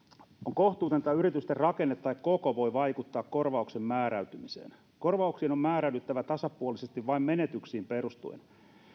kohtuutonta että yritysten rakenne tai koko voivat vaikuttaa korvauksen määräytymiseen korvauksien on määräydyttävä tasapuolisesti vain menetyksiin perustuen